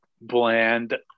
bland